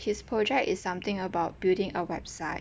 his project is something about building a website